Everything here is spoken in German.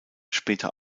später